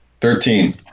Thirteen